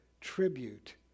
tribute